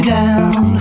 down